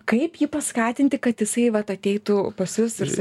kaip jį paskatinti kad jisai vat ateitų pas jus ir